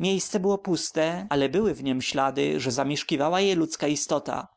miejsce było puste ale były w niem ślady że zamieszkiwała je ludzka istota